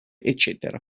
eccetera